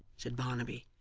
said barnaby,